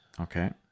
okay